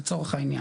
לצורך העניין.